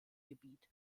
gebiet